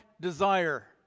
desire